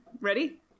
ready